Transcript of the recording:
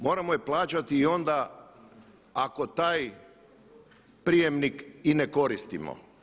Moramo je plaćati i onda ako taj prijemnik i ne koristimo.